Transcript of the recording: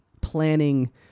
planning